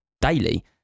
daily